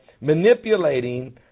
manipulating